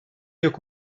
yok